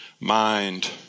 mind